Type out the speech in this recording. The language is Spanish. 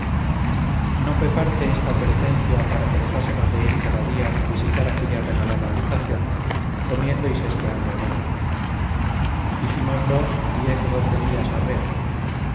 no fue parte esta advertencia para que dejásemos de ir cada día a visitar aquella regalada habitación comiendo y sesteando en ella hicimoslo diez o doce días arreo